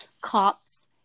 cops